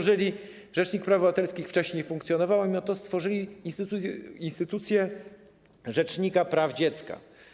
Rzecznik praw obywatelskich wcześniej funkcjonował, a mimo to stworzyli instytucję rzecznika praw dziecka.